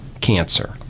cancer